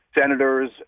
senators